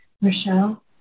Michelle